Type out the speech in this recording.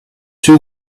two